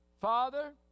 Father